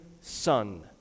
son